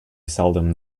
seldom